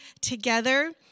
together